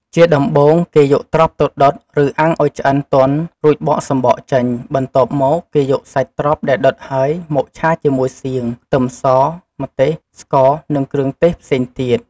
ជាដំបូង គេយកត្រប់ទៅដុត ឬអាំងឱ្យឆ្អិនទន់ រួចបកសម្បកចេញ បន្ទាប់មក គេយកសាច់ត្រប់ដែលដុតហើយ មកឆាជាមួយសៀង ខ្ទឹមស ម្ទេស ស្ករ និងគ្រឿងទេសផ្សេងទៀត។